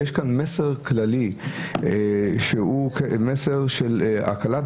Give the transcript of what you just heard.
יש כאן מסר כללי שהוא מסר של הקלה,